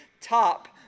top